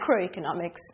macroeconomics